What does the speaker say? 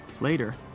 Later